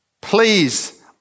Please